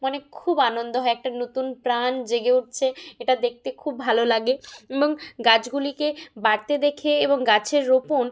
মানে খুব আনন্দ হয় একটা নতুন প্রাণ জেগে উঠছে এটা দেখতে খুব ভালো লাগে এবং গাছগুলিকে বাড়তে দেখে এবং গাছের রোপণ